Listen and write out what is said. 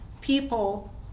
people